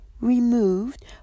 removed